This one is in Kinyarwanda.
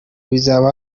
bizaba